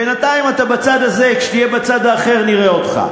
בינתיים אתה בצד הזה, כשתהיה בצד האחר נראה אותך.